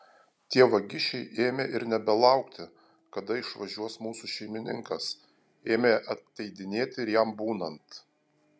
tie vagišiai ėmė ir nebelaukti kada išvažiuos mūsų šeimininkas ėmė ateidinėti ir jam būnant